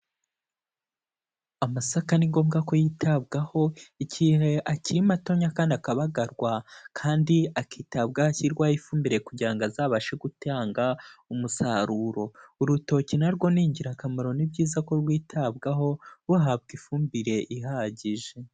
Amasaka ni ngombwa ko yitabwaho igihe akiri matonya kandi akabagarwa kandi akitabwaho ashyirwaho ifumbire kugira ngo azabashe gutanga umusaruro. Urutoki narwo ni ingirakamaro ni byiza ko rwitabwaho, ruhabwa ifumbire ihagije.